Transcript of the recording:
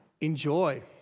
enjoy